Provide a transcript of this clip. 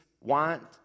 want